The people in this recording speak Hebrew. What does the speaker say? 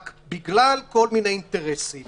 רק בגלל כל מיני אינטרסים